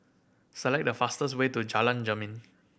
select the fastest way to Jalan Jermin